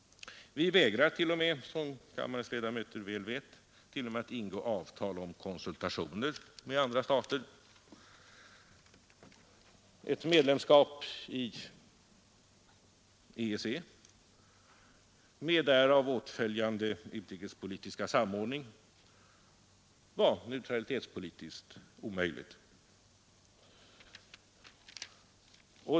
Vi vägrar t.o.m. — som kammarens ledamöter väl vet — att ingå avtal om konsultationer med andra stater. Ett medlemskap i EEC, med åtföljande utrikespolitiska samordning, var neutralitetspolitiskt omöjligt.